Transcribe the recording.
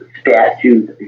statues